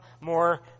more